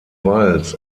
walz